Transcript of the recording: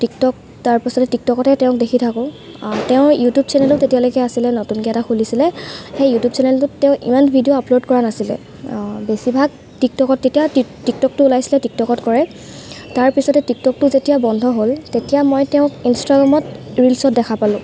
TikTok তাৰপিছতে টিকট'কতে তেওঁক দেখি থাকোঁ তেওঁৰ ইউটিউব চেনেলো তেতিয়ালৈকে আছিলে নতুনকৈ এটা খুলিছিলে সেই ইউটিউব চেনেলটোত তেওঁ ইমান ভিডিঅ' আপল'ড কৰা নাছিলে বেছিভাগ টিকট'কত তেতিয়া টিকট'কটো উলাইছিলে টিকট'কত কৰে তাৰপিছতে টিকট'কটো যেতিয়া বন্ধ হ'ল তেতিয়া মই তেওঁক ইষ্টাগ্ৰামত ৰিলছত দেখা পালোঁ